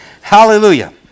Hallelujah